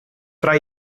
tra